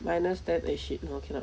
minus ten eh shit no cannot